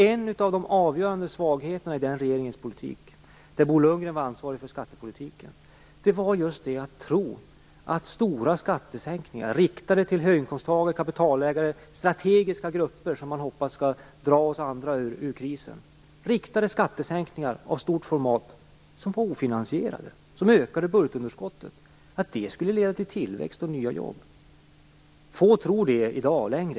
En av de avgörande svagheterna i den regeringens politik, där Bo Lundgren var ansvarig för skattepolitiken, var just att man trodde att stora skattesänkningar riktade till höginkomsttagare och kapitalägare, till strategiska grupper som man hoppades skulle dra oss andra ur krisen - det var fråga om riktade skattesänkningar av stort format som var ofinansierade och som ökade budgetunderskottet - skulle leda till tillväxt och nya jobb. Få tror det i dag.